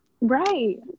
Right